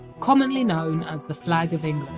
commonly known as the flag of and